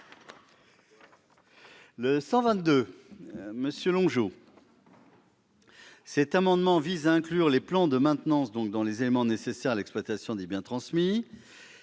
n° 122 rectifié vise à inclure les plans de maintenance dans les éléments nécessaires à l'exploitation des biens transmis.